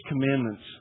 commandments